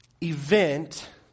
event